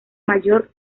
mayor